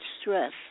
stress